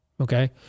okay